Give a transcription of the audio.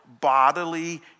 bodily